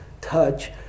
touch